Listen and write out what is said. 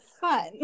fun